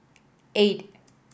eight